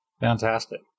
Fantastic